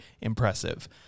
impressive